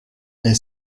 est